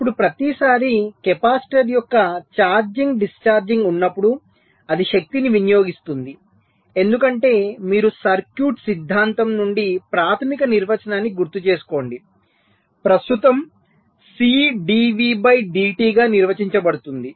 ఇప్పుడు ప్రతిసారీ కెపాసిటర్ యొక్క ఛార్జింగ్ డిశ్చార్జింగ్ ఉన్నప్పుడు అది శక్తిని వినియోగిస్తుంది ఎందుకంటే మీరు సర్క్యూట్ సిద్ధాంతం నుండి ప్రాథమిక నిర్వచనాన్ని గుర్తుచేసుకోండి ప్రస్తుతము C dV dt గా నిర్వచించబడుతుంది